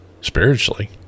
spiritually